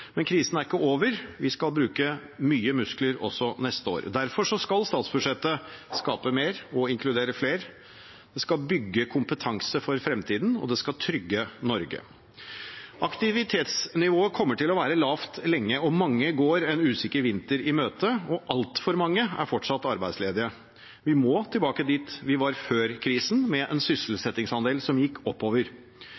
Men krisen er ikke over. Vi skal bruke mye muskler også neste år. Derfor skal statsbudsjettet: skape mer og inkludere flere bygge kompetanse for fremtiden trygge Norge Aktivitetsnivået kommer til å være lavt lenge. Mange går en usikker vinter i møte, og altfor mange er fortsatt arbeidsledige. Vi må tilbake dit vi var før krisen, med en